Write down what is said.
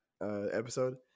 episode